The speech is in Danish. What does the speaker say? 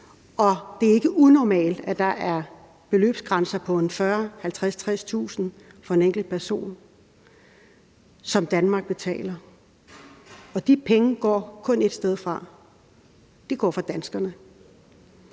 Og det er ikke unormalt, at det er beløb på 40.000, 50.000, 60.000 kr. for en enkelt person, som Danmark betaler. Og de penge går kun ét sted fra – de går fra danskerne.